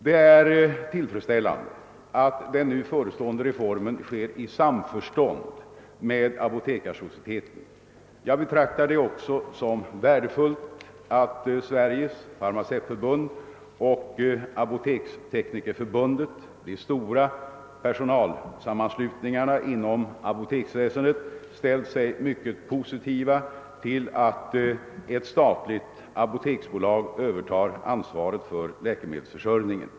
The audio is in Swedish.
Det är tillfredsställande att den nu förestående reformen sker i samförstånd med Apotekarsocieteten. Jag betraktar det också som värdefullt att Sveriges Farmaceutförbund och Apoteksteknikerförbundet — de stora personalsammanslutningarna inom <apoteksväsendet — ställt sig mycket positiva till att ett statligt apoteksbolag övertar ansvaret för läkemedelsförsörjningen.